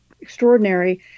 extraordinary